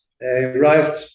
Arrived